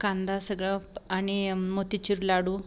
कांदा सगळं आणि मोतीचूर लाडू